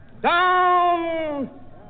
down